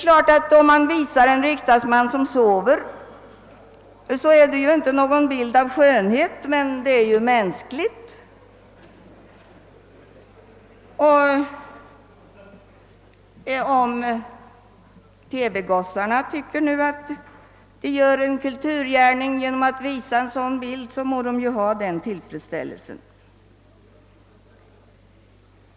Om det i TV visas en riksdagsman som sover i sin bänk, så är detta naturligtvis inte någon bild av skönhet, men det är mänskligt i alla fall, och om TV gossarna tycker att de gör en kulturgär ning genom att visa en sådan bild, så må de ha den tillfredsställelsen.